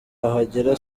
ahagera